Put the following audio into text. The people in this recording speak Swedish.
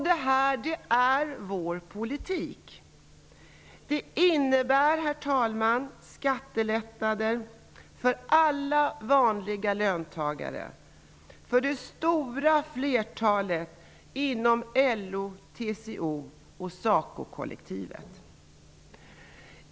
Det här är vår politik. Det innebär, herr talman, skattelättnader för alla vanliga löntagare, för det stora flertalet inom LO-, TCO och SACO kollektivet.